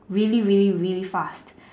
really really really fast